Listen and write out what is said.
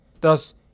Thus